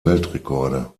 weltrekorde